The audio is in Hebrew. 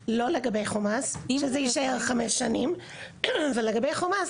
לא לגבי חומ״ס שזה יישאר חמש שנים, ולגבי חומ״ס